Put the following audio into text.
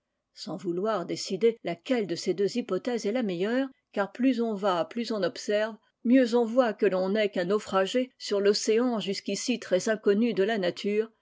sans vouloir décider laquelle de ces deux hypothèses est la meilleure car plus on va plus on observe mieux on voit que l'on n'est qu'un naufragé sur l'océan jusqu'ici très inconnu de la nature